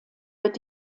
wird